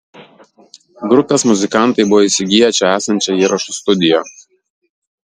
grupės muzikantai buvo įsigiję čia esančią įrašų studiją